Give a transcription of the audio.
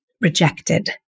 rejected